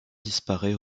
disparaît